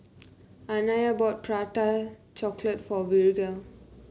Anaya bought Prata Chocolate for Virgle